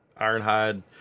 Ironhide